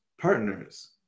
partners